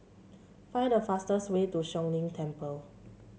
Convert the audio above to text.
find the fastest way to Siong Lim Temple